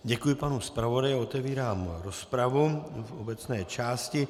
Děkuji panu zpravodaji a otevírám rozpravu v obecné části.